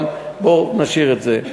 אבל בוא נשאיר את זה.